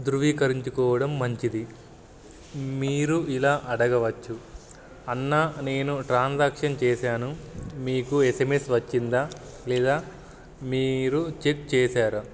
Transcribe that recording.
ధృవీకరించుకోవడం మంచిది మీరు ఇలా అడగవచ్చు అన్న నేను ట్రాన్సాక్షన్ చేశాను మీకు ఎస్ ఎం ఎస్ వచ్చిందా లేదా మీరు చెక్ చేశారా